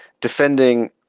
defending